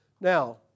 Now